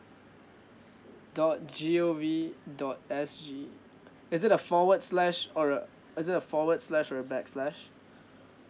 dot G_O_V dot S_G uh is it a forward slash or a is it a forward slash or a back slash